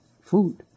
food